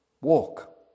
Walk